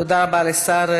תודה רבה לשר.